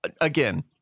again